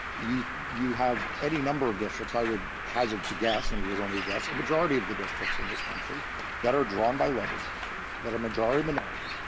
you you have any number of districts i would hazard to guess and it is only a guess a majority of the districts in this country that are drawn by legislatures that are majority-minority,